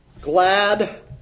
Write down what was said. glad